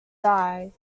die